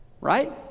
Right